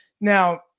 Now